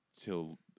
till